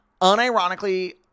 unironically –